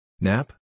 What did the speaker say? Nap